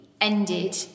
ended